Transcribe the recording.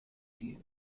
gehen